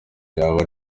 yaba